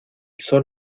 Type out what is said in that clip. son